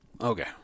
Okay